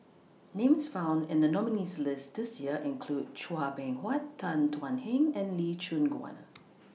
Names found in The nominees' list This Year include Chua Beng Huat Tan Thuan Heng and Lee Choon Guan